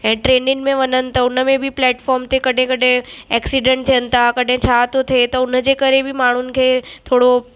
ट्रैनियुनि में वञनि त उनमें बि प्लेटफार्म ते कॾहिं कॾहिं एक्सीडेंट थियनि था कॾहिं छा थो थिए उनजे करे बि माण्हुनि खे थोरो